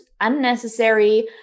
unnecessary